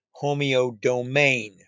homeodomain